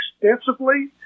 extensively